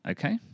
Okay